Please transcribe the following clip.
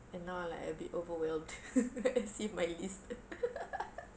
and now I'm like a bit overwhelmed when I see my list